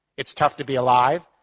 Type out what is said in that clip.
it's tough to be alive,